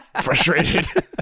frustrated